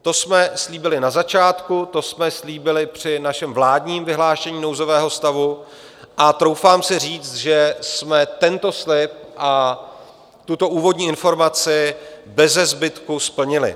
To jsme slíbili na začátku, to jsme slíbili při našem vládním vyhlášení nouzového stavu a troufám si říct, že jsme tento slib a tuto úvodní informaci bezezbytku splnili.